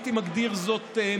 הייתי מגדיר זאת,